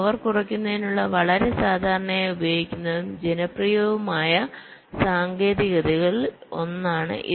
power കുറയ്ക്കുന്നതിനുള്ള വളരെ സാധാരണയായി ഉപയോഗിക്കുന്നതും ജനപ്രിയവുമായ സാങ്കേതികതകളിൽ ഒന്നാണിത്